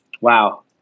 Wow